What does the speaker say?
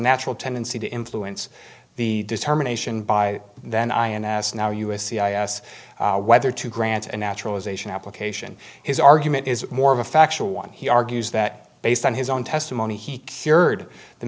natural tendency to influence the determination by then ins now u s c i s whether to grant a naturalization application his argument is more of a factual one he argues that based on his own testimony he cured the